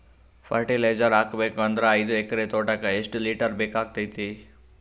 Fertiliser ಹಾಕಬೇಕು ಅಂದ್ರ ಐದು ಎಕರೆ ತೋಟಕ ಎಷ್ಟ ಲೀಟರ್ ಬೇಕಾಗತೈತಿ?